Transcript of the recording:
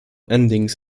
endings